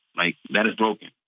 like, that is broken.